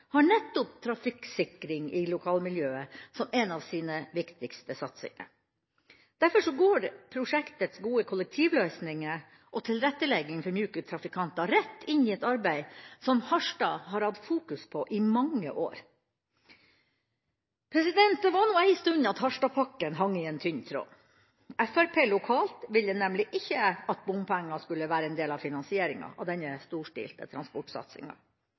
har nettopp trafikksikring i lokalmiljøet som en av sine viktigste satsinger. Derfor går prosjektets gode kollektivløsninger og tilrettelegging for myke trafikanter rett inn i et arbeid som Harstad har fokusert på i mange år. Det var en stund at Harstad-pakken hang i en tynn tråd. Fremskrittspartiet lokalt ville nemlig ikke at bompenger skulle være en del av finansieringa av denne storstilte transportsatsinga.